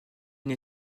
une